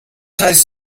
heißt